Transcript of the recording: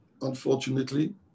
unfortunately